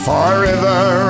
Forever